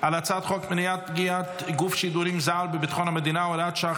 על הצעת חוק מניעת פגיעת גוף שידורים זר בביטחון המדינה (הוראת שעה,